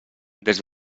des